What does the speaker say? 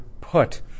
put